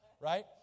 right